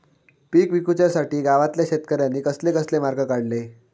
पीक विकुच्यासाठी गावातल्या शेतकऱ्यांनी कसले कसले मार्ग काढले?